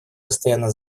постоянно